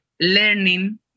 learning